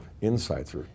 insights